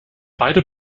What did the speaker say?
beide